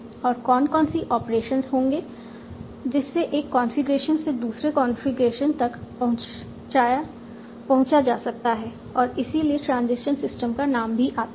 और कौन कौन सी ऑपरेशंस होंगे जिससे एक कॉन्फ़िगरेशन से दूसरे कॉन्फ़िगरेशन तक पहुंचा जा सकता है और इसीलिए ट्रांजीशन सिस्टम का नाम भी आता है